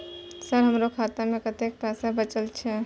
Sir हमरो खाता में कतेक पैसा बचल छे?